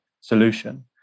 solution